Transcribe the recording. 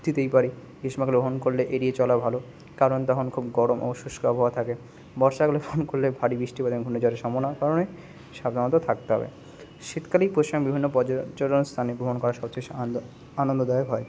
দিতেই পারি গ্রীষ্মকালে ভ্রমণ করলে এড়িয়ে চলা ভালো কারণ তখন খুব গরম ও শুষ্ক আবহাওয়া থাকে বর্ষাকালে ভ্রমণ করলে ভারী বৃষ্টিপাত এবং ঘূর্ণিঝড়ের সম্ভাবনা হয় সাধারণত থাকতে হবে শীতকালেই পশ্চিমবঙ্গের বিভিন্ন পর্যটন স্থানে ভ্রমণ করা সবচেয়ে বেশি আনন্দ আনন্দদায়ক হয়